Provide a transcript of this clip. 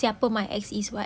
siapa my ex is [what]